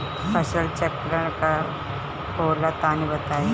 फसल चक्रण का होला तनि बताई?